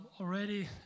already